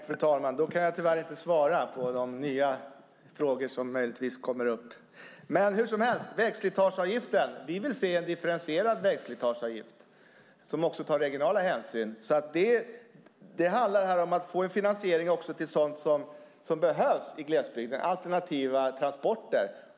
Fru talman! Då kan jag tyvärr inte svara på de nya frågor som möjligtvis kommer. När det gäller vägslitageavgiften vill vi se en differentierad avgift som också tar regionala hänsyn. Det handlar om att få en finansiering också till sådant som behövs i glesbygden, till exempel alternativa transporter.